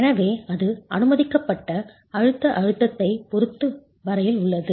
எனவே அது அனுமதிக்கப்பட்ட அழுத்த அழுத்தத்தைப் பொறுத்த வரையில் உள்ளது